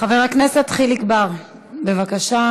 חבר הכנסת חיליק בר, בבקשה.